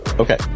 Okay